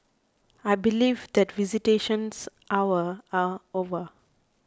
I believe that visitations hour are over